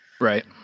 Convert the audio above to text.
right